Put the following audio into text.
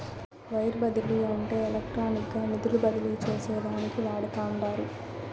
wire బదిలీ అంటే ఎలక్ట్రానిక్గా నిధులు బదిలీ చేసేదానికి వాడతండారు